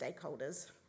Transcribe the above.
stakeholders